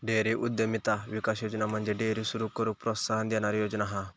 dairy उद्यमिता विकास योजना म्हणजे डेअरी सुरू करूक प्रोत्साहन देणारी योजना हा